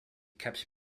kept